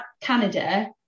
Canada